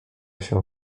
się